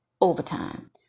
overtime